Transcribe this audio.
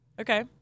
Okay